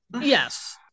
Yes